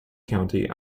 county